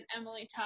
Emily